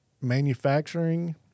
manufacturing